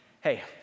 hey